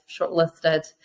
shortlisted